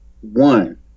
One